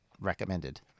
recommended